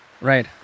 Right